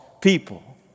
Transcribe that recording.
people